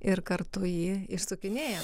ir kartu jį išsukinėjom